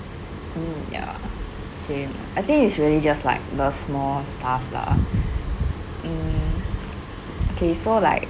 oh ya same I think it's really just like the small stuff lah mm okay so like